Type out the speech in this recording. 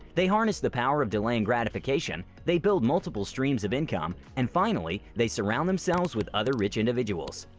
they harness the power of delaying gratification, they build multiple streams of income and finally they surround themselves with other rich individuals!